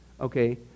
okay